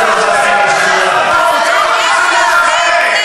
את הראשונה שמסכסכת, השרה רגב,